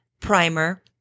primer